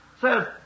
Says